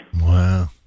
Wow